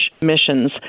missions